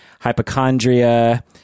Hypochondria